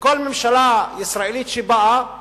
וכל ממשלה ישראלית שבאה אומרת: